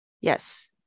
Yes